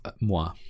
moi